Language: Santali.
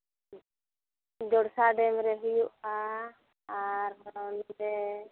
ᱡᱚᱲᱥᱟ ᱰᱮᱢ ᱨᱮ ᱦᱩᱭᱩᱜᱼᱟ ᱟᱜᱚ ᱱᱚᱰᱮ